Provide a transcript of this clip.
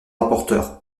rapporteur